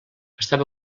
estava